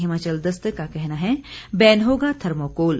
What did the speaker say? हिमाचल दस्तक का कहना है बैन होगा थर्मोकोल